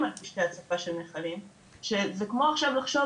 על פשטי הצפה של נחלים שזה כמו עכשיו לשבת